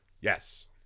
Yes